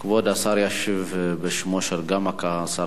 כבוד השר ישיב בשמו של השר כחלון.